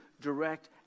direct